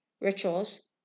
rituals